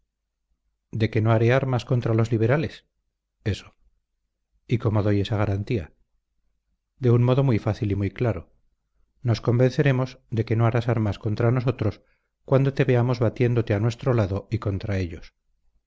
de que no haré armas contra los liberales eso y cómo doy esa garantía de un modo muy fácil y muy claro nos convenceremos de que no harás armas contra nosotros cuando te veamos batiéndote a nuestro lado y contra ellos